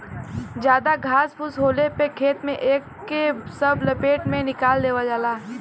जादा घास फूस होले पे खेत में एके सब लपेट के निकाल देवल जाला